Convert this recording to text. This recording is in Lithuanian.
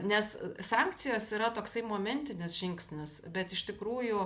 nes sankcijos yra toksai momentinis žingsnis bet iš tikrųjų